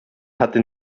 hatte